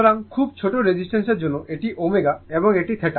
সুতরাং খুব ছোট রেজিস্টেন্সের জন্য এটি ω এবং এটি θ